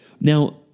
Now